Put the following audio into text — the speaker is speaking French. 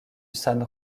san